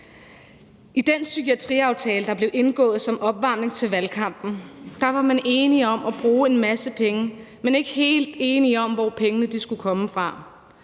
I den psykiatriaftale, der blev indgået som opvarmning til valgkampen, var man enige om at bruge en masse penge, men ikke helt enige om, hvor pengene skulle komme fra,